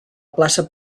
plaça